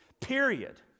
Period